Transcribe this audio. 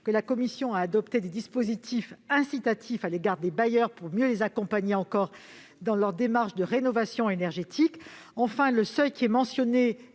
la commission a adopté des dispositifs incitatifs à l'égard des bailleurs pour mieux les accompagner encore dans leur démarche de rénovation énergétique. Enfin, le seuil qui est mentionné